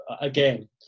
Again